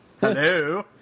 Hello